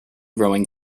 growing